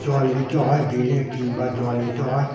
জল দিতে হয় দিনে তিনবার জল দিতে হয়